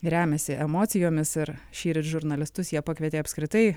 remiasi emocijomis ir šįryt žurnalistus jie pakvietė apskritai